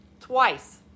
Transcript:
twice